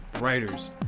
writers